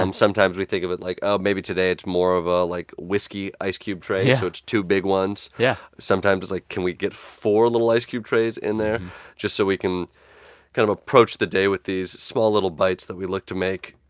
um sometimes we think of it like, oh, maybe today, it's more of a, like, whiskey ice cube tray, so two big ones yeah sometimes it's like, can we get four little ice cube trays in there just so we can kind of approach the day with these small, little bites that we look to make,